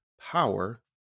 power